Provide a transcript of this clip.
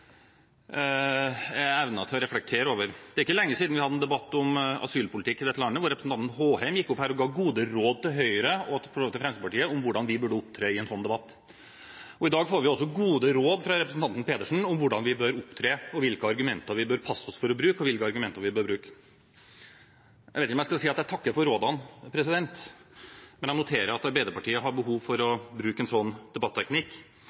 er egnet til å reflektere over. Det er ikke lenge siden vi hadde en debatt om asylpolitikk i dette landet hvor representanten Håheim gikk opp her og ga gode råd til Høyre – og for så vidt til Fremskrittspartiet – om hvordan vi burde opptre i en slik debatt. I dag får vi også gode råd fra representanten Pedersen om hvordan vi bør opptre, hvilke argumenter vi bør passe oss for å bruke, og hvilke argumenter vi bør bruke. Jeg vet ikke om jeg skal si at jeg takker for rådene, men jeg noterer at Arbeiderpartiet har behov for å bruke en slik debatteknikk